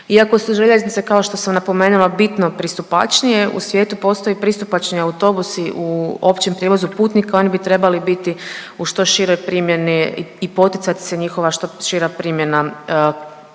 Iako su željeznice kao što sam napomenula bitno pristupačnije u svijetu postoje pristupačni autobusi u općem prijevozu putnika i oni bi trebali biti u što široj primjeni i poticati se njihova što šira primjena